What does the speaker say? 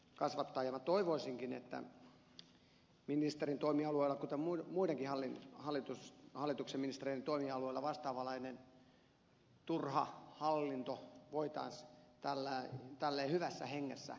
toivoisinkin että ministerin toimialueella kuten muidenkin hallituksen ministereiden toimialueilla vastaavanlainen turha hallinto voitaisiin tällä tavalla hyvässä hengessä